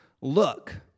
Look